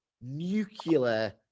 nuclear